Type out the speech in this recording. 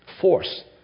force